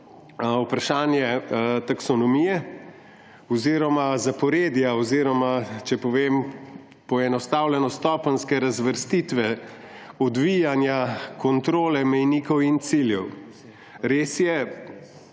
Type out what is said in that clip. vprašanje taksonomije oziroma zaporedja oziroma, če povem poenostavljeno, stopenjske razvrstitve odvijanja kontrole mejnikov in ciljev. Res je,